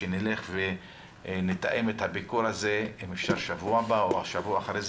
שנלך ונתאם את הביקור הזה בשבוע הבא או בשבוע שאחרי,